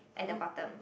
at the bottom